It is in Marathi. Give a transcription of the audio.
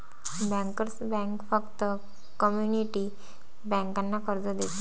बँकर्स बँक फक्त कम्युनिटी बँकांना कर्ज देते